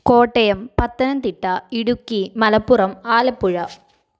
Kottayam Pathanamthitta Idukki Malappuram Alappuzha